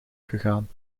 gegaan